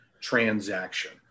transaction